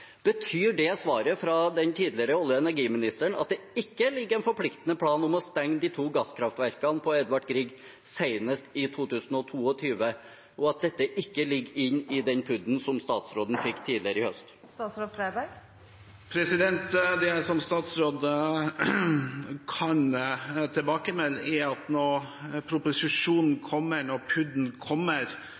svaret fra den tidligere olje- og energiministeren at det ikke foreligger en forpliktende plan om å stenge de to gasskraftverkene på Edvard Grieg senest i 2022, og at dette ikke ligger inne i den PUD-en som statsråden fikk tidligere i høst? Det jeg som statsråd kan melde tilbake, er at når proposisjonen og PUD-en kommer, kommer